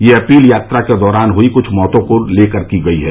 यह अपील यात्रा के दौरान हुई कुछ मौतों को लेकर की गई है